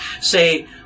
say